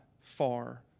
far